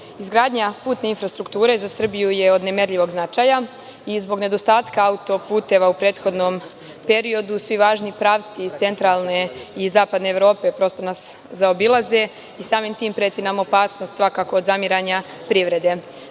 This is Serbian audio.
izgradnja putne infrastrukture za Srbiju je od nemerljivog značaja i zbog nedostatka autoputeva u prethodnom periodu svi važni pravci iz centralne i zapadne Evrope, prosto nas zaobilaze i samim tim preti nam opasnost svakako od zamiranja privrede. Znamo